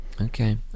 Okay